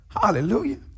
Hallelujah